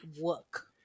work